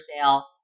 sale